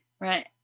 Right